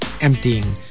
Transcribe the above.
emptying